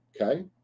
okay